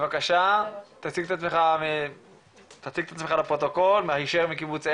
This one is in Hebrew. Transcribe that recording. בבקשה, תציג את עצמך לפרוטוקול, היישר מקיבוץ ארז.